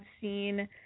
seen